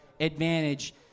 advantage